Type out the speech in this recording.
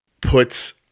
puts